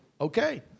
okay